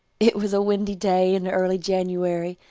it was a windy day in early january,